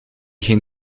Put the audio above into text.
geen